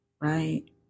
right